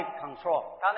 control